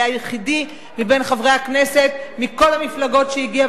היה היחיד מבין חברי הכנסת מכל המפלגות שהגיע,